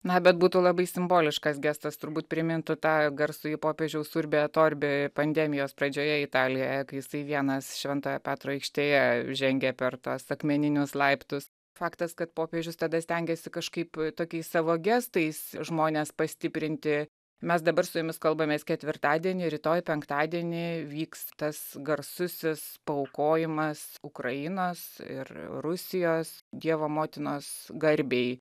na bet būtų labai simboliškas gestas turbūt primintų tą garsųjį popiežiaus urbi at orbi pandemijos pradžioje italijoje kai jisai vienas šventojo petro aikštėje žengė per tuos akmeninius laiptus faktas kad popiežius tada stengėsi kažkaip tokiais savo gestais žmones pastiprinti mes dabar su jumis kalbamės ketvirtadienį rytoj penktadienį vyks tas garsusis paaukojimas ukrainos ir rusijos dievo motinos garbei